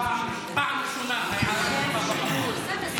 פעם ראשונה ההערה שלך במקום.